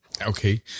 Okay